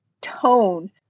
tone